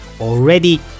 Already